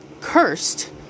cursed